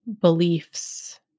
beliefs